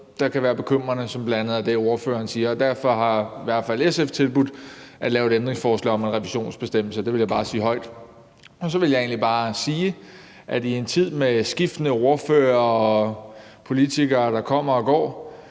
der kan være bekymrende, som bl.a. er det, ordføreren nævner. Derfor har i hvert fald SF tilbudt at stille et ændringsforslag om en revisionsbestemmelse – det vil jeg bare sige højt. Så vil jeg egentlig bare sige, at i en tid med skiftende ordførere og politikere, der kommer og går,